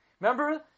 Remember